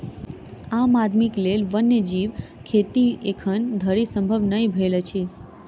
आम आदमीक लेल वन्य जीव खेती एखन धरि संभव नै भेल अछि